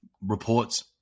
reports